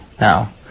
now